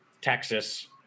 Texas